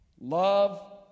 love